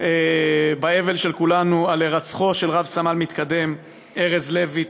באבל של כולנו על הירצחו של רב-סמל מתקדם ארז לוי,